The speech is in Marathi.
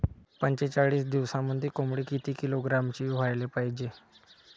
पंचेचाळीस दिवसामंदी कोंबडी किती किलोग्रॅमची व्हायले पाहीजे?